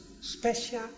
Special